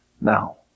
now